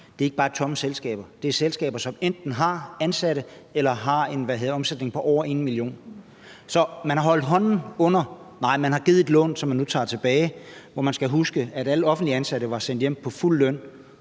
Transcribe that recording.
at det ikke bare er tomme selskaber; det er selskaber, som enten har ansatte eller har en omsætning på over 1 mio. kr. Så man holdt hånden under dem? Nej, man har givet dem et lån, som man nu vil have betalt tilbage. Man skal huske, at alle offentligt ansatte var sendt hjem på fuld løn.